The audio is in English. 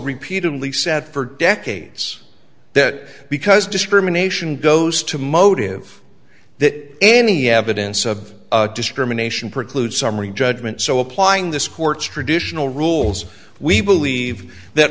repeatedly said for decades that because discrimination goes to motive that any evidence of discrimination precludes summary judgment so applying this court's traditional rules we believe that